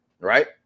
right